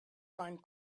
find